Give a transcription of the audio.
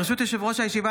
ברשות יושב-ראש הישיבה,